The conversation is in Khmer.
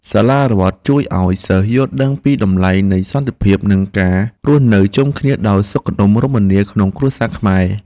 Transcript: សាលារដ្ឋជួយឱ្យសិស្សយល់ដឹងពីតម្លៃនៃសន្តិភាពនិងការរស់នៅជុំគ្នាដោយសុខដុមរមនាក្នុងគ្រួសារខ្មែរ។